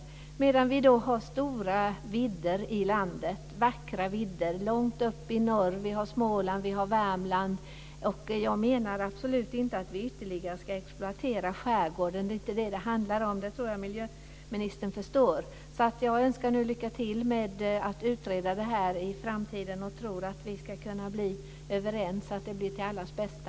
Samtidigt har vi då stora vackra vidder i landet långt upp i norr. Vi har Småland. Vi har Värmland. Jag menar absolut inte att vi ytterligare ska exploatera skärgården. Det är inte det som det handlar om. Det tror jag att miljöministern förstår. Jag önskar nu lycka till med utredningen av det här i framtiden och tror att vi ska kunna bli överens, så att det blir till allas bästa.